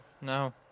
no